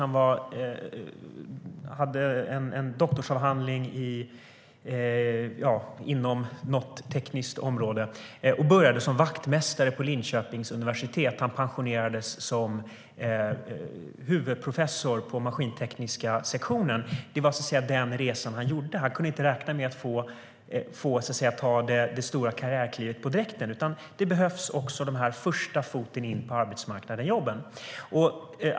Han hade en doktorsexamen inom något tekniskt område. Han började som vaktmästare på Linköpings universitet, och han pensionerades som huvudprofessor på maskintekniska sektionen. Det var den resa han gjorde. Han kunde inte räkna med att ta det stora karriärklivet på direkten. Dessa jobb som är första foten in på arbetsmarknaden behövs.